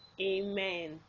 Amen